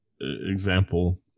example